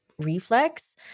reflex